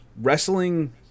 Wrestling